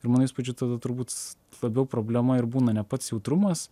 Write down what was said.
ir mano įspūdžiai tada turbūt labiau problema ir būna ne pats jautrumas